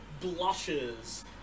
blushes